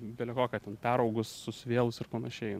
belekokia ten peraugus susivėlus ir panašiai